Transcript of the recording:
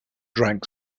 drank